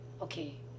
Okay